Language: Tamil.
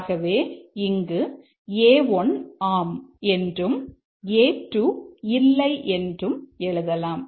ஆகவே இங்கு A1 ஆம் என்றும் A2 இல்லை என்றும் எழுதலாம்